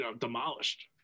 demolished